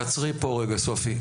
תעצרי פה רגע, סופי.